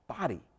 body